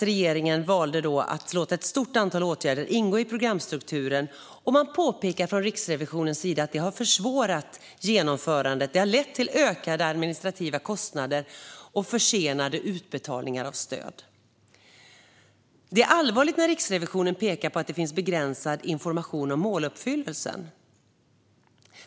Regeringen valde tyvärr att låta ett stort antal åtgärder ingå i programstrukturen. Man påpekar från Riksrevisionens sida att det har försvårat genomförandet. Det har lett till ökade administrativa kostnader och försenade utbetalningar av stöd. Det är allvarligt när Riksrevisionen pekar på att det finns begränsad information om måluppfyllelsen.